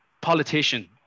politician